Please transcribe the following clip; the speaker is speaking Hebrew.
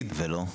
איפה אם לא שם?